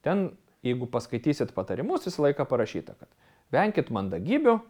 ten jeigu paskaitysit patarimus visą laiką parašyta kad venkit mandagybių